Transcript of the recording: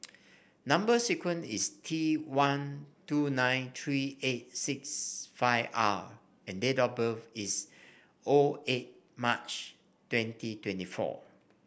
number sequence is T one two nine three eight six five R and date of birth is O eight March twenty twenty four